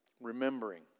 Remembering